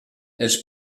els